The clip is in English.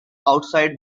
outside